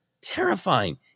terrifying